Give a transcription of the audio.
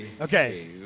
Okay